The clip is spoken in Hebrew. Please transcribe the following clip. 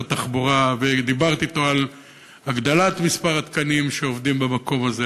התחבורה ודיברתי אתו על הגדלת מספר התקנים במקום הזה.